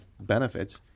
benefits